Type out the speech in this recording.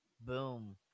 boom